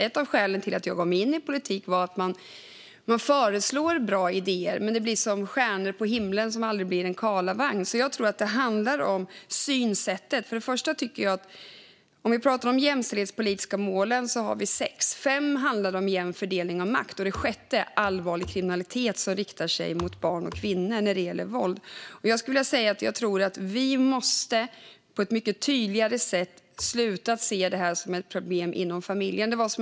Ett av skälen till att jag gav mig in i politiken är att man föreslår bra idéer, men de är spridda stjärnor på himlen som aldrig blir någon karlavagn. Jag tror att det handlar om synsättet. Till att börja med tycker jag att det finns sex jämställdhetspolitiska mål. Fem handlar om jämn fördelning av makt och det sjätte om allvarlig kriminalitet mot barn och kvinnor när det gäller våld. Vi måste på ett mycket tydligare sätt sluta se det här som ett problem inom familjen.